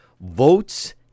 votes